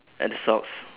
at the socks